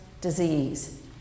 disease